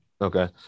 Okay